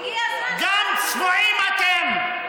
הגיע הזמן, גם צבועים, אתם.